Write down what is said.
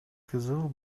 кызыл